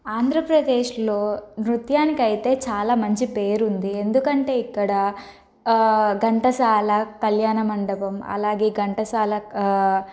ఆంధ్రప్రదేశ్లో నృత్యానికి అయితే చాలా మంచి పేరుంది ఎందుకంటే ఇక్కడ ఘంటసాల కళ్యాణ మండపం అలాగే ఘంటసాల